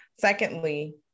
Secondly